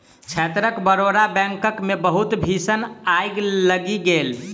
क्षेत्रक बड़ौदा बैंकक मे बहुत भीषण आइग लागि गेल